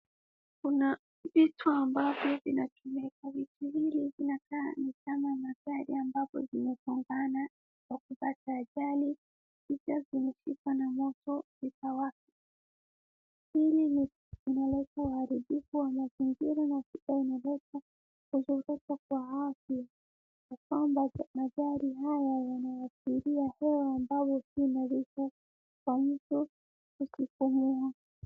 Kuna vitu ambavyo vinatumika vitu mingi inaka magari ambayo yamefungana kwa kupata ajali. Picha hizo zikishikwa na moto zitawaka. Hili linaleta uharibifu wa mazingira na kisha unaleta kuzunguka kwa afya kwa kwamba magari haya yana ashiria hewa ambayo ni sumu kwa mtu ukipumua.